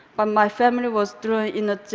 um my family was thrown in ah